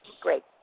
Great